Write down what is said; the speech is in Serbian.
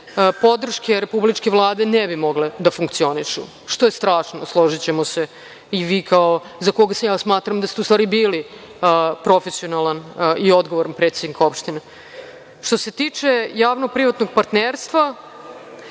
podrške republičke Vlade ne bi mogle da funkcionišu, što je strašno, složićemo se i vi, za koga ja smatram da ste, u stvari, bili profesionalan i odgovoran predsednik opštine. Što se tiče javno privatnog partnerstva